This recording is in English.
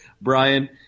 Brian